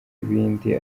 ibindi